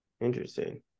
Interesting